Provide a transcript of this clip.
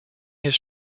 his